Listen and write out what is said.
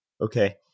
Okay